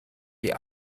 die